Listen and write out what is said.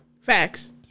Facts